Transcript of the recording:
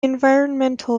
environmental